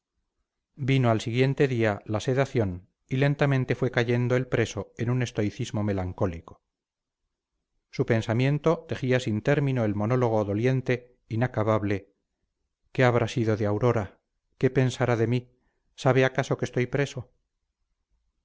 vino al siguiente día la sedación y lentamente fue cayendo el preso en un estoicismo melancólico su pensamiento tejía sin término el monólogo doliente inacabable qué habrá sido de aura qué pensará de mí sabe acaso que estoy preso